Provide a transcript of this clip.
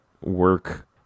work